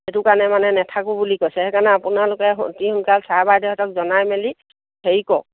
সেইটো কাৰণে মানে নেথাকোঁ বুলি কৈছে সেইকাৰণে আপোনালোকে অতি সোনকাল ছাৰ বাইদেউহঁতক জনাই মেলি হেৰি কৰক